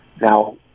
Now